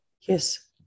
yes